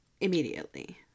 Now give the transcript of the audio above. immediately